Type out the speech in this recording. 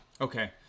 Okay